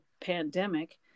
pandemic